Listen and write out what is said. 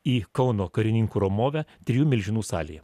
į kauno karininkų ramovę trijų milžinų salėje